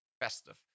festive